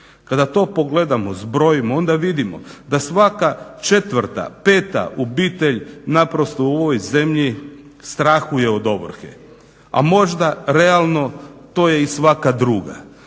Kada to pogledamo i zbrojimo onda vidimo da svaka 4., 5. Obitelj naprosto u ovoj zemlji strahuje od ovrhe, a možda realno to je i svaka druga.